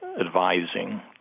advising